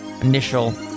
initial